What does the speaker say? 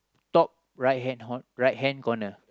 top right hand ho~ right hand corner